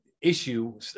issue